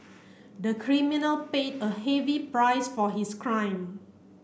the criminal paid a heavy price for his crime